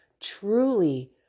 truly